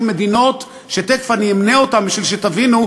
מדינות שתכף אמנה אותן בשביל שתבינו,